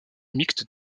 mixte